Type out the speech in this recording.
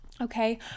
okay